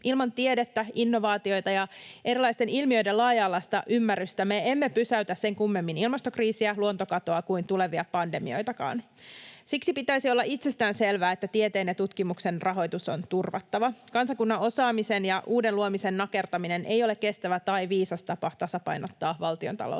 Ilman tiedettä, innovaatioita ja erilaisten ilmiöiden laaja-alaista ymmärrystä me emme pysäytä sen kummemmin ilmastokriisiä, luontokatoa kuin tulevia pandemioitakaan. Siksi pitäisi olla itsestäänselvää, että tieteen ja tutkimuksen rahoitus on turvattava. Kansakunnan osaamisen ja uuden luomisen nakertaminen ei ole kestävä tai viisas tapa tasapainottaa valtiontaloutta.